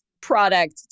product